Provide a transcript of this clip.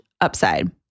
upside